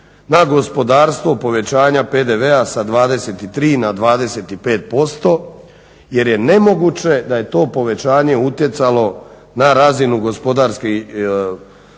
na gospodarstvo povećanjem PDV-a sa 23 na 25%. Jer je nemoguće da je to povećanje utjecalo na razinu gospodarskih